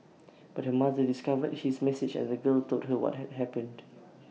but her mother discovered his message and the girl told her what had had happened